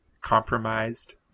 compromised